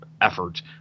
effort